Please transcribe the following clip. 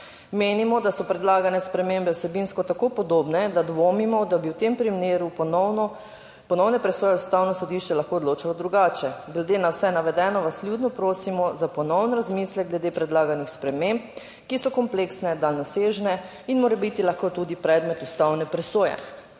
Menimo, da so predlagane spremembe vsebinsko tako podobne, da dvomimo, da bi v tem primeru ponovno ponovne presoje Ustavno sodišče lahko odločalo drugače. Glede na vse navedeno vas vljudno prosimo za ponoven razmislek glede predlaganih sprememb, ki so kompleksne, daljnosežne in morebiti lahko tudi predmet ustavne presoje".